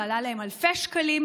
זה עלה להם אלפי שקלים,